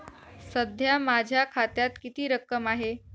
सध्या माझ्या खात्यात किती रक्कम आहे?